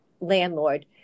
landlord